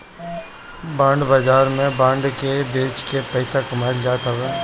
bond बाजार में bond के बेच के पईसा कमाईल जात हवे